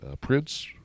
Prince